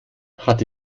hatte